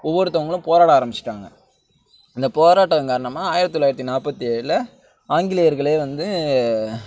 ஒவ்வொருத்தவர்களும் போராட ஆரமிச்சுட்டாங்க அந்த போராட்டம் காரணமாக ஆயிரத்து தொள்ளாயிரத்து நாற்பத்தி ஏழில் ஆங்கிலேயர்களே வந்து